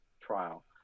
trial